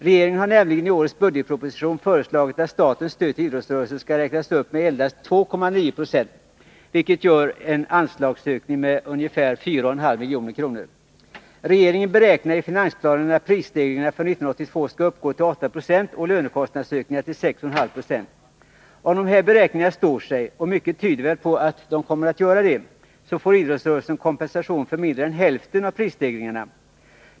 Regeringen har nämligen i årets budgetproposition föreslagit att statens stöd till idrottsrörelsen skall räknas upp med endast 2,9 2, vilket innebär en anslagsökning med ca 4,5 milj.kr. Regeringen beräknar i finansplanen att prisstegringarna för 1982 skall uppgå till 8 26 och lönekostnadsökningarna till 6,5 20. Om de här beräkningarna står sig, och mycket tyder väl på det, får idrottsrörelsen kompensation för mindre än hälften av prisstegringarna.